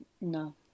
No